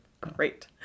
Great